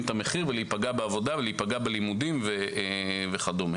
את המחיר ולהיפגע בלימודים ובעבודה וכד'.